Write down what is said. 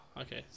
okay